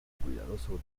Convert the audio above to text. cuidadoso